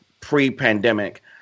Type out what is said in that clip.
pre-pandemic